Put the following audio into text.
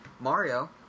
Mario